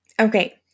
Okay